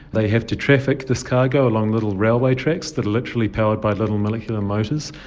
they have to traffic this cargo along little railway tracks that are literally powered by little molecular motors.